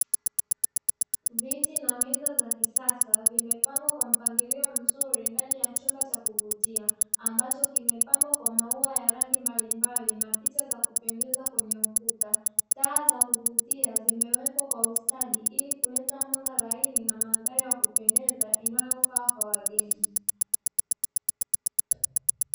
Viti na meza za kisasa, vimepangwa kwa mpangilio mzuri ndani ya chumba cha kuvutia, ambacho kimepambwa kwa maua ya rangi mbalimbali na picha za kupendeza kwenye ukuta. Taa za kuvutia zimewekwa kwa ustadi, ili kuleta mwanga laini na mandhari ya kupendeza inayofaa kwa wageni.